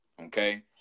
Okay